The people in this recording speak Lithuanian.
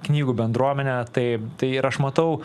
knygų bendruomene tai tai ir aš matau